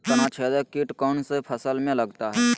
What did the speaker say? तनाछेदक किट कौन सी फसल में लगता है?